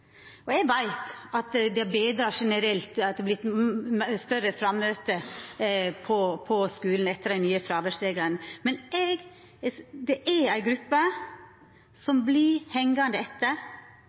bekreftast. Eg veit at det har vorte større frammøte på skulen etter dei nye fråværsreglane, men det er ei gruppe